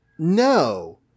No